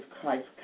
Christ